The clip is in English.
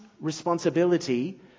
responsibility